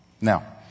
Now